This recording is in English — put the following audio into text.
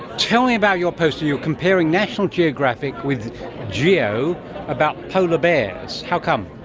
tell me about your poster. you're comparing national geographic with geo about polar bears. how come?